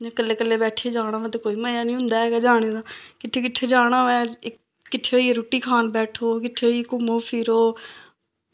इयां कल्ले कल्ले बैठियै जाना होऐ ते कोई मज़ा नी होंदा ऐ जाने दा किट्ठे कुिट्ठे जाना होऐ किट्ठे होइयै रुट्टी खान बैठो किट्ठे होइयै घूमो फिरो